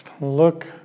look